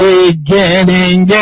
Beginning